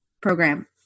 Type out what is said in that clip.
program